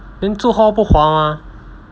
then 住 hall 不划 mah